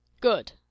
Good